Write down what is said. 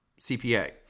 CPA